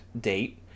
date